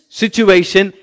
situation